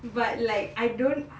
but like I don't